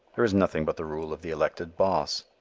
there is nothing but the rule of the elected boss.